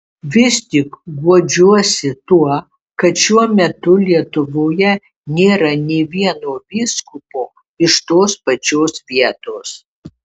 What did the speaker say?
vis tik guodžiuosi tuo kad šiuo metu lietuvoje nėra nė vieno vyskupo iš tos pačios vietos